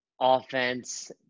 offense